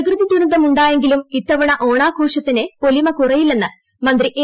പ്രകൃതിദുരന്തം ഉണ്ടായെങ്കിലും ഇത്തവണ ഓണാഘോഷത്തിന് പൊലിമ കുറയില്ലെന്ന് മന്ത്രി എ